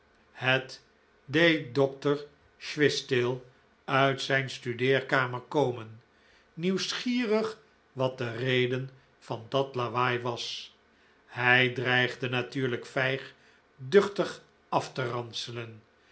het deed dr swishtail uit zijn studeerkamer komen nieuwsgierig wat de reden van dat lawaai was hij dreigde natuurlijk vijg duchtig af te